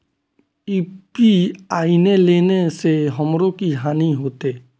UPI ने लेने से हमरो की हानि होते?